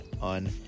on